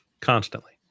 Constantly